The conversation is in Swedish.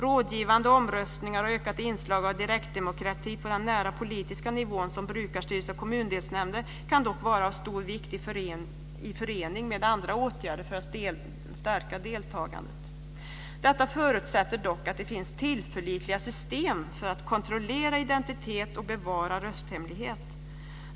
Rådgivande omröstningar och ökade inslag av direktdemokrati på den nära politiska nivån, såsom brukarstyrelser eller kommundelsnämnder kan dock vara av stor vikt i förening med andra åtgärder för att stärka deltagandet. Detta förutsätter dock att det finns tillförlitliga system för att kontrollera identitet och bevara rösthemligheten.